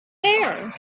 there